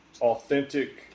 authentic